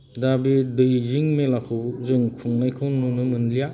दा बे दैजिं मेलाखौ जों खुंनायखौ नुनो मोनलिया